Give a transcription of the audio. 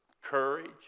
courage